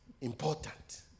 important